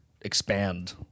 expand